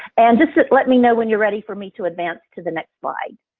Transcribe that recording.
and just let me know when you're ready for me to advance to the next slide.